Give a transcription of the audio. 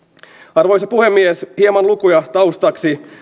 arvoisa puhemies hieman lukuja taustaksi